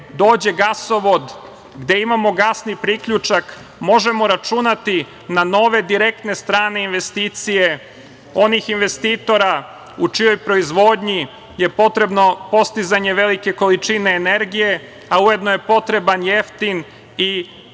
dođe gasovod, gde imamo gasni priključak možemo računati na nove direktne strane investicije, onih investitora u čijoj proizvodnji je potrebno postizanje velike količine energije, a ujedno je potreban jeftin i